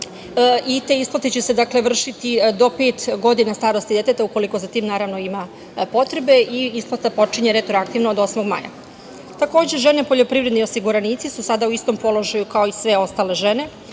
i te isplate će se vršiti do pet godina starosti deteta ukoliko za tim ima potrebe i isplata počinje retroaktivno od 8. maja. Takođe, žene poljoprivredni osiguranici su sada u istom položaju kao i sve ostale žene,